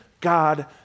God